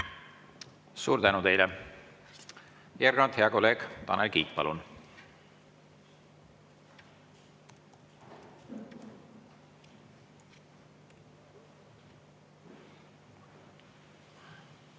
Suur tänu teile! Järgnevalt hea kolleeg Tanel Kiik, palun!